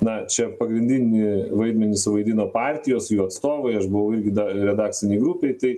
na čia pagrindinį vaidmenį suvaidino partijos jų atstovai aš buvau irgi dar redakcinėj grupėj tai